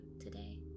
today